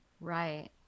Right